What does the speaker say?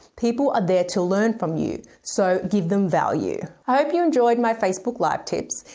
people are there to learn from you, so give them value. i hope you enjoyed my facebook live tips.